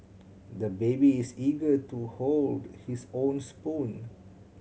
the baby is eager to hold his own spoon